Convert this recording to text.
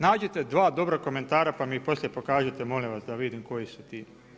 Nađite dva dobra komentara pa mi ih poslije pokažite, molim vas, da vidim koji su ti.